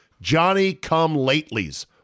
Johnny-come-latelys